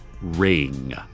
ring